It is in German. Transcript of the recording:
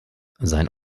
sein